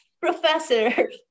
professor